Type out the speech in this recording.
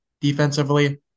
defensively